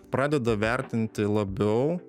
pradeda vertinti labiau